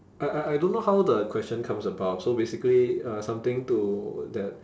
I I I don't know how the question comes about so basically uh something to that